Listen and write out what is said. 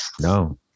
No